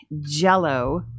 jello